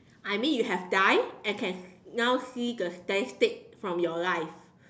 I mean you have died and can now see the statistic from your life